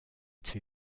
two